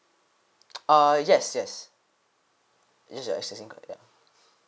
err yes yes this is your existing contact